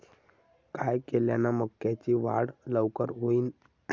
काय केल्यान मक्याची वाढ लवकर होईन?